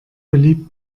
beliebt